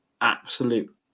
absolute